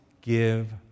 give